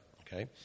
okay